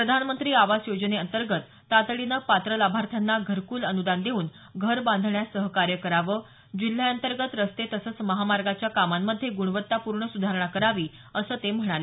प्रधानमंत्री आवास योजनेअंतर्गत तातडीने पात्र लाभार्थ्यांना घरकूल अनुदान देऊन घर बांधण्यास सहकार्य करावं जिल्ह्यांतर्गत रस्ते तसंच महामार्गाच्या कामांमध्ये ग्रणवत्तापूर्ण सुधारणा करावी असं ते म्हणाले